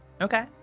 Okay